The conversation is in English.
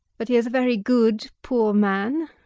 but he is very good, poor man,